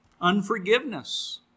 Unforgiveness